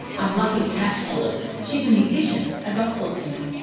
i'm lucky to catch olive. she's a musician, a gospel singer,